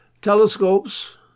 Telescopes